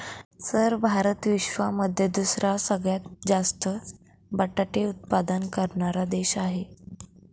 sir Bharat विश्वामध्ये दुसरा सगळ्यात जास्त बटाटे उत्पादन करणारा देश आहे